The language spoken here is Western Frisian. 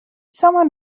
samar